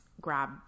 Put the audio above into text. grab